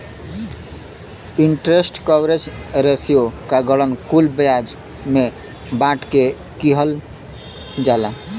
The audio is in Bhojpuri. इंटरेस्ट कवरेज रेश्यो क गणना कुल ब्याज व्यय से बांट के किहल जाला